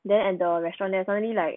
then and the restaurant there suddenly like